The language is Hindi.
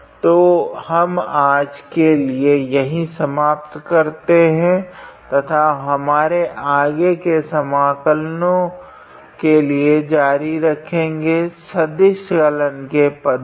तो हम आज के लिए यही समाप्त करते है तथा हमारे आगे के समकलनों के लिए जरी रखेगे तो सदिश कलन के पदों में